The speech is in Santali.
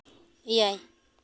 ᱮᱭᱟᱭ